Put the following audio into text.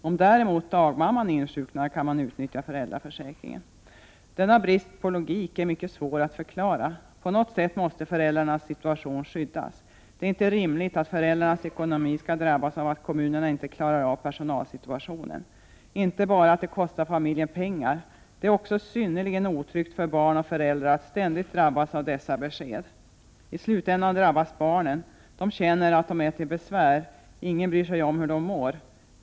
Om däremot dagmamman insjuknar kan man utnyttja föräldraförsäkringen. Denna brist på logik är mycket svår att förklara. På något sätt måste föräldrarnas situation skyddas. Det är inte rimligt att föräldrarnas ekonomi skall drabbas av att kommunerna inte klarar personalsituationen. Det är inte bara så att det kostar familjerna pengar — det är också synnerligen otryggt för barn och föräldrar att ständigt drabbas av detta besked. I slutänden drabbas barnen — de känner att de är till besvär och att ingen bryr sig om hur de mår.